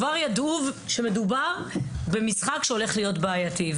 היה ידוע שמדובר במשחק שהולך להיות בעייתי.